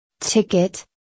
Ticket